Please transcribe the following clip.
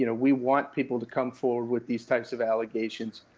you know we want people to come forward with these types of allegations,